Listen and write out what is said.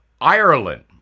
Ireland